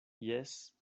jes